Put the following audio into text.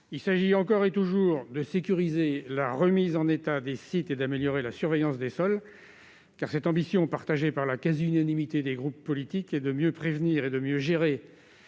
Il s'agit, encore et toujours, de sécuriser la remise en état des sites et d'améliorer la surveillance des sols, car l'ambition, partagée par la quasi-unanimité des groupes politiques, est de mieux prévenir et de mieux gérer